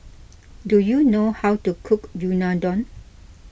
do you know how to cook Unadon